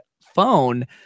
phone